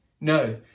No